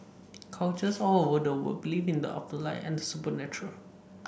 cultures all over the world believe in the afterlife and the supernatural